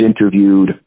interviewed